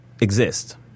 exist